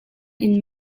inn